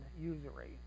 usury